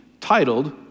titled